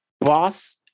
Boss